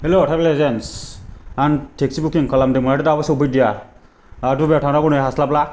हेल' थाग लेजेन्स आं टेक्सि बुकिं खालामदों माथो दाबो सफैदिया आंहा धुब्रिआव थांनांगौ नै हास्लाबला